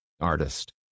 artist